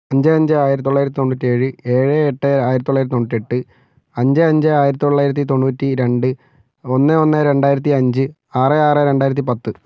അഞ്ച് അഞ്ച് ആയിരത്തി തൊള്ളായിരത്തി തൊണ്ണൂറ്റി ഏഴ് ഏഴ് എട്ട് ആയിരത്തി തൊള്ളായിരത്തി തൊണ്ണൂറ്റെട്ട് അഞ്ച് അഞ്ച് ആയിരത്തി തൊള്ളായിരത്തി തൊണ്ണൂറ്റി രണ്ട് ഒന്ന് ഒന്ന് രണ്ടായിരത്തി അഞ്ച് ആറ് ആറ് രണ്ടായിരത്തിപ്പത്ത്